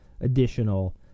additional